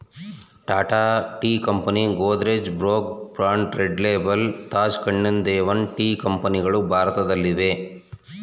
Tata tea company, Godrej, Brooke Bond Red Label, Taj Kannan Devan tea ಕಂಪನಿಗಳು ಭಾರತದಲ್ಲಿದೆ